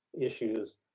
issues